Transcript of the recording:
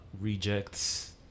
rejects